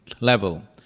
level